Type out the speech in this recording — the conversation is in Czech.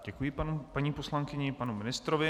Děkuji paní poslankyni i panu ministrovi.